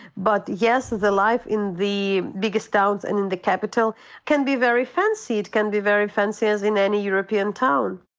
but yes, the life in the biggest towns and in the capital can be very fancy. it can be very fancy as in any european town.